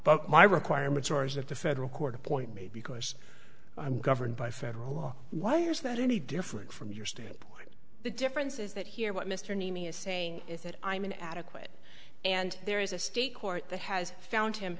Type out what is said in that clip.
but my requirements are is that the federal court appoint me because i'm governed by federal law why is that any different from your standpoint the difference is that here what mr anemia saying is that i'm an adequate and there is a state court that has found him